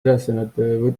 ülesannete